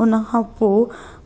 उनखां पोइ